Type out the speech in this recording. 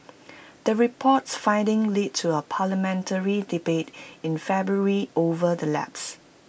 the report's findings led to A parliamentary debate in February over the lapses